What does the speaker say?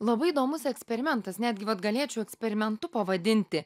labai įdomus eksperimentas netgi vat galėčiau eksperimentu pavadinti